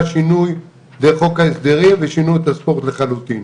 שינוי דרך חוק ההסדרים ושינו את הספורט לחלוטין.